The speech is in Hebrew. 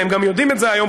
והם גם יודעים את זה היום,